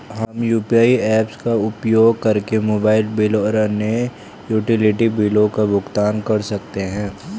हम UPI apps का उपयोग करके मोबाइल बिल और अन्य यूटिलिटी बिलों का भुगतान कर सकते हैं